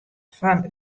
fan